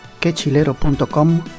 quechilero.com